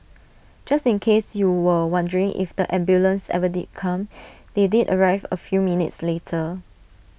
just in case you were wondering if the ambulance ever did come they did arrive A few minutes later